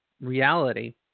reality